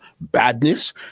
badness